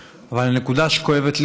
ואני מכיר בזה שיש מחלוקת.